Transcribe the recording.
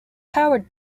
powered